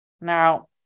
now